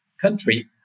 country